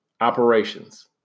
operations